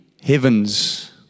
heavens